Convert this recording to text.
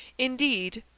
indeed,